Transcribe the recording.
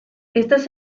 estas